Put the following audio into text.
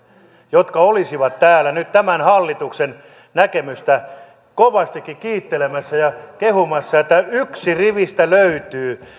jotka olisivat täällä nyt tämän hallituksen näkemystä kovastikin kiittelemässä ja kehumassa yksi rivistä löytyy